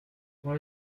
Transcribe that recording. what